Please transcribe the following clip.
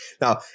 Now